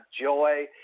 joy